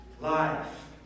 life